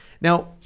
now